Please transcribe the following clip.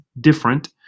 different